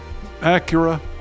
Acura